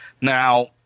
Now